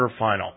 quarterfinal